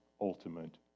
ultimate